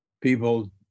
people